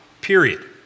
period